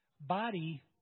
body